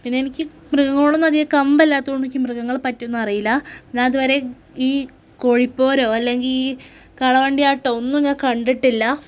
പിന്നെ എനിക്ക് മൃഗങ്ങളോടൊന്നും അധികം കമ്പം ഇല്ലാത്തതുകൊണ്ട് എനിക്ക് മൃഗങ്ങളെ പറ്റി ഒന്നും അറിയില്ല ഞാൻ ഇതുവരെ ഈ കോഴിപ്പോരോ അല്ലെങ്കില് ഈ കാളവണ്ടിയാട്ടോ ഒന്നും ഞാൻ കണ്ടിട്ടില്ല